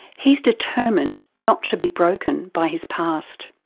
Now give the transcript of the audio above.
he's determined not to be broken by his past.